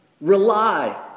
rely